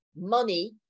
money